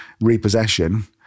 repossession